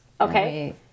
okay